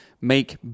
make